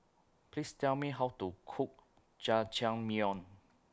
Please Tell Me How to Cook Jajangmyeon